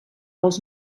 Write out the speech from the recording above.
als